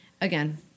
Again